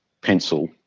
pencil